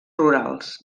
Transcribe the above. rurals